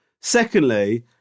Secondly